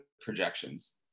projections